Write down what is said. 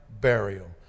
burial